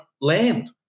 land